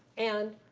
and